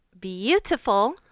beautiful